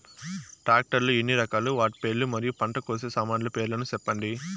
Tractor లు ఎన్ని రకాలు? వాటి పేర్లు మరియు పంట కోసే సామాన్లు పేర్లను సెప్పండి?